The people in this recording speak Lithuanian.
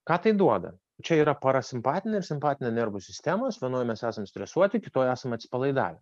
ką tai duoda čia yra parasimpatinė simpatinė nervų sistemos vienoj mes esam stresuoti kitoj esam atsipalaidavę